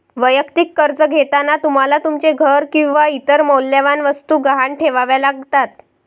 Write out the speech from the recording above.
वैयक्तिक कर्ज घेताना तुम्हाला तुमचे घर किंवा इतर मौल्यवान वस्तू गहाण ठेवाव्या लागतात